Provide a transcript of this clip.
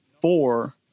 four